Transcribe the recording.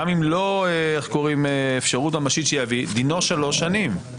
גם אם לא אפשרות ממשית שיביא, דינו שלוש שנים.